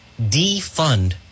defund